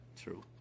true